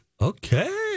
Okay